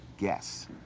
guess